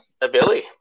ability